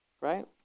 right